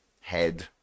head